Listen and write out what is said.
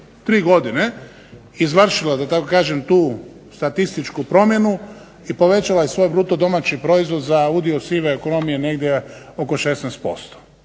tri godine izvršila da tako kažem tu statističku promjenu i povećala je svoj bruto domaći proizvod za udio sive ekonomije negdje oko 16%.